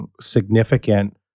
significant